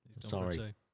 Sorry